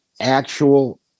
actual